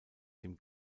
dem